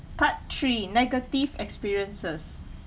part three negative experiences